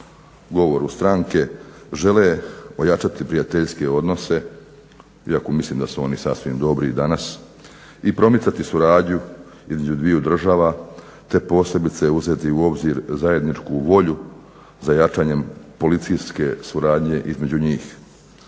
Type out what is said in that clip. govoru stranke žele ojačati prijateljske odnose, iako mislim da su oni sasvim dobri i danas, i promicati suradnju između dviju država te posebice uzeti u obzir zajedničku volju za jačanjem policijske suradnje između njih.